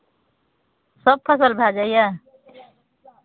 सभ फसल भए जाइए